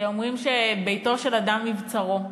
אומרים שביתו של אדם מבצרו,